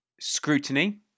scrutiny